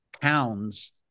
pounds